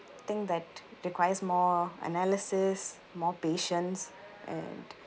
think that requires more analysis more patience and